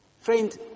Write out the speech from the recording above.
Friend